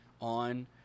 on